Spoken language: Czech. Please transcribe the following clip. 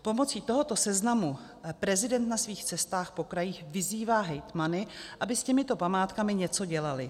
Pomocí tohoto seznamu prezident na svých cestách po krajích vyzývá hejtmany, aby s těmito památkami něco dělali.